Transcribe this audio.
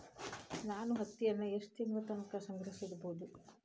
ನಾನು ಹತ್ತಿಯನ್ನ ಎಷ್ಟು ತಿಂಗಳತನ ಸಂಗ್ರಹಿಸಿಡಬಹುದು?